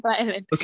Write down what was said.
Okay